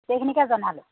গোটেইখিনিকে জনালোঁ